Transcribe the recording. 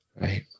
Right